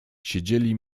siedzieli